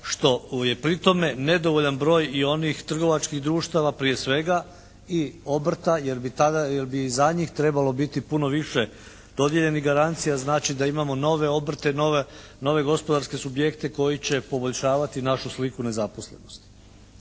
što je pri tome nedovoljan broj i onih trgovačkih društava prije svega i obrta jer bi tada, jer bi i za njih trebalo biti puno više dodijeljenih garancija znači da imamo nove obrte i nove gospodarske subjekte koji će poboljšavati našu sliku nezaposlenosti.